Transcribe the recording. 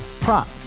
prop